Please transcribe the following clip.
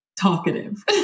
talkative